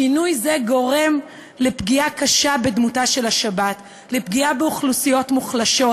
שינוי זה גורם לפגיעה קשה בדמותה של השבת ולפגיעה באוכלוסיות מוחלשות,